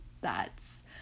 that's-